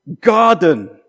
garden